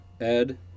Ed